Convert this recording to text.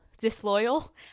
Disloyal